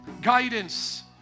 guidance